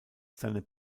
seine